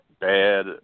bad